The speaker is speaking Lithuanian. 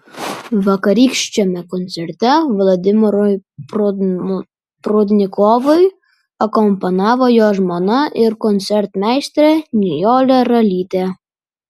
vakarykščiame koncerte vladimirui prudnikovui akompanavo jo žmona ir koncertmeisterė nijolė ralytė